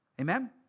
Amen